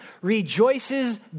rejoices